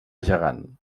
gegant